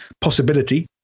possibility